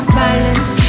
balance